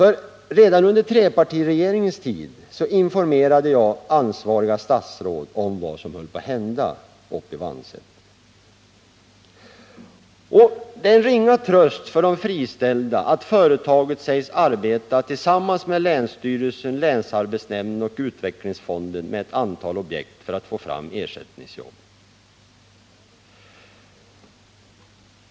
Redan under trepartiregeringens tid informerade jag de ansvariga statsråden om vad som höll på att hända i Vannsäter. Det är en ringa tröst för de friställda att företaget sägs arbeta tillsammans med länsstyrelsen, länsarbetsnämnden och utvecklingsfonden med ett antal objekt för att få fram ersättningsjobb.